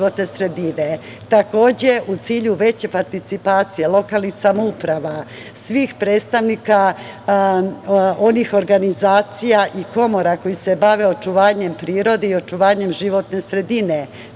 u cilju veće participacije lokalnih samouprava svih predstavnika onih organizacija i komora koje se bave očuvanjem prirode i očuvanjem životne sredine